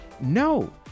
No